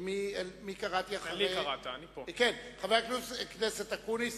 חבר הכנסת אקוניס,